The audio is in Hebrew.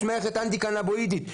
יש מערכת אנטי קנבואידית,